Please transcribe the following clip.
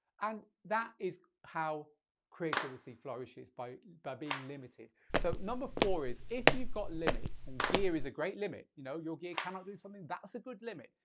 and that is how creativity flourishes by by being limited. so number four is, if you've got limits and gear is a great limit, you know your gear cannot do something that's a good limit,